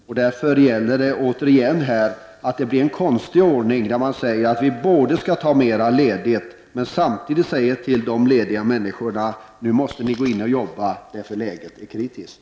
Jag vill därför upprepa att det är konstigt när man dels säger att vi skall ha mera ledighet, dels samtidigt säger till dem som det gäller att de måste gå in och arbeta, eftersom läget är kritiskt.